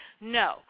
No